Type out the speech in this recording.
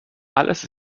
alles